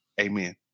amen